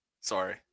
Sorry